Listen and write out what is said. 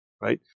right